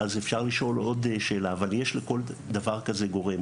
אז אפשר לשאול עוד שאלה, אבל יש לכל דבר כזה גורם.